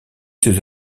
ses